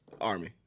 Army